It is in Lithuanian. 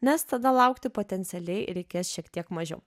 nes tada laukti potencialiai reikės šiek tiek mažiau